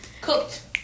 Cooked